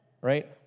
Right